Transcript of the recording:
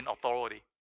authority